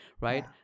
right